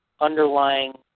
underlying